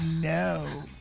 no